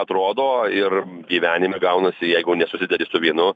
atrodo ir gyvenime gaunasi jeigu nesusidedi su vienu